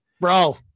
Bro